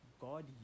God